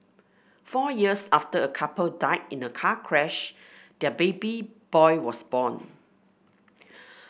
four years after a couple died in a car crash their baby boy was born